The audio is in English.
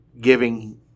giving –